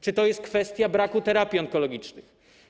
Czy to jest kwestia braku terapii onkologicznych?